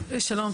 שלום.